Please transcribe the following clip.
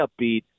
upbeat